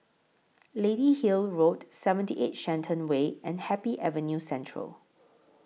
Lady Hill Road seventy eight Shenton Way and Happy Avenue Central